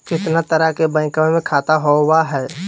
कितना तरह के बैंकवा में खाता होव हई?